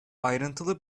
ayrıntılı